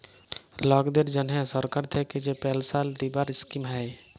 লকদের জনহ সরকার থাক্যে যে পেলসাল দিবার স্কিম হ্যয়